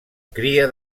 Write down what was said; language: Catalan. cria